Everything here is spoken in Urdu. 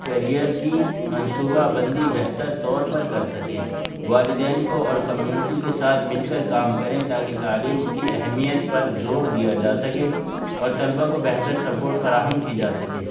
کریئر کی منصوبہ بندی بہتر طور پر کر سکیں والدین کو اور کمیونٹی کے ساتھ مل کر کام کریں تاکہ تعلیم کی اہمیت پر زور دیا جا سکے اور طلبہ کو بہتر سپوٹ فراہم کی جا سکے